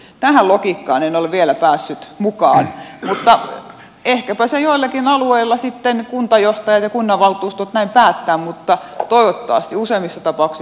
tähän logiikkaan en ole vielä päässyt mukaan ehkäpä joillakin alueilla sitten kuntajohtajat ja kunnanvaltuustot näin päättävät mutta toivottavasti useimmissa tapauksissa eivät